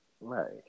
Right